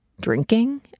drinking